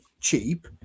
cheap